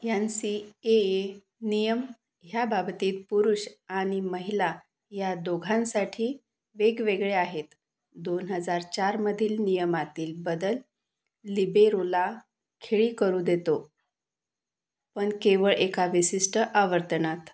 N C A A नियम ह्या बाबतीत पुरूष आणि महिला या दोघांसाठी वेगवेगळे आहेत दोन हजार चारमधील नियमातील बदल लिबेरोला खेळी करू देतो पण केवळ एका विशिष्ट आवर्तनात